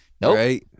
Nope